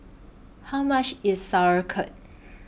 How much IS Sauerkraut